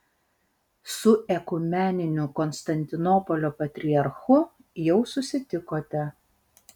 su ekumeniniu konstantinopolio patriarchu jau susitikote